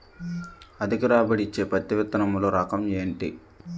అధిక రాబడి ఇచ్చే పత్తి విత్తనములు రకం ఏంటి?